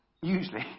usually